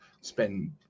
spend